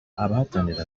abahatanira